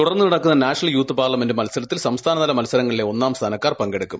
തുടർന്ന് നടക്കുന്ന national youth parliament മത്സരത്തിൽ സംസ്ഥാനതല മത്സരങ്ങളിലെ ഒന്നാം സ്ഥാനക്കാർ പങ്കെടുക്കും